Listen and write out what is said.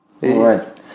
right